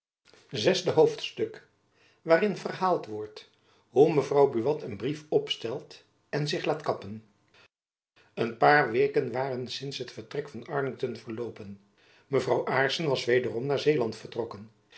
zesde hoofdstuk waarin verhaald wordt hoe mevrouw buat een brief opstelt en zich laat kappen een paar weken waren sints het vertrek van arlington verloopen mevrouw aarssen was wederom naar zeeland vertrokken